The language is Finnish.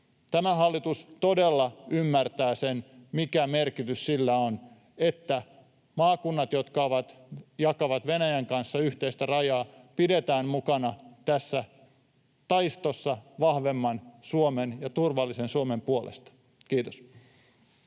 Tämä hallitus todella ymmärtää, mikä merkitys sillä on, että maakunnat, jotka jakavat Venäjän kanssa yhteistä rajaa, pidetään mukana tässä taistossa vahvemman Suomen ja turvallisen Suomen puolesta. — Kiitos.